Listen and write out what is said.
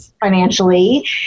financially